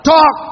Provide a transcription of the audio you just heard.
Talk